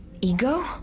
Ego